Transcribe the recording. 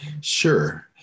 Sure